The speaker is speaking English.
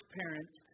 parents